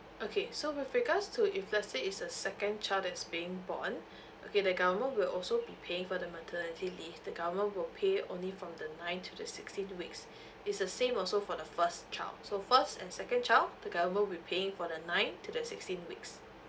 okay so with regards to if let's say is the second child that is being born okay the government will also be paying for the maternity leave the government will pay only from the ninth to the sixteenth weeks it's the same also for the first child so first and second child the government will be paying for the ninth to the sixteenth weeks